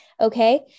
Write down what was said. okay